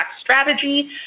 Strategy